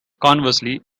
conversely